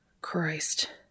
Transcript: Christ